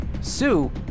Sue